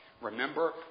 Remember